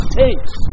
takes